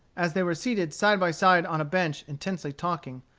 as they were seated side by side on a bench intensely talking,